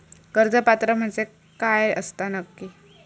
कर्ज पात्र म्हणजे काय असता नक्की?